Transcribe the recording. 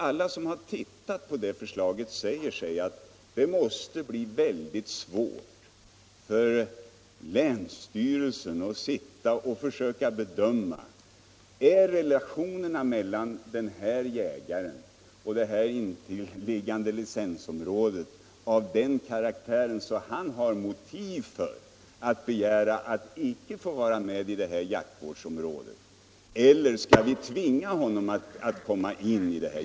Alla som tittat på detta måste nog säga sig att det blir väldigt svårt för länsstyrelsen att sitta och försöka bedöma om relationerna mellan en jägare och det intilliggande licensområdet är av den karaktären, att han har motiv för att begära att icke få vara med i det jaktvårdsområdet eller om man skall tvinga honom in i det.